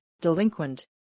delinquent